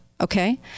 Okay